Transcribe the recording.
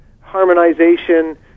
harmonization